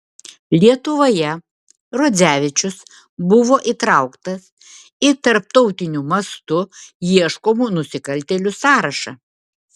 lietuvoje rodzevičius buvo įtrauktas į tarptautiniu mastu ieškomų nusikaltėlių sąrašą